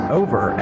over